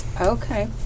Okay